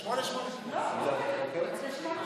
לא הצבעתי.